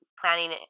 planning